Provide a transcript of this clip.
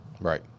Right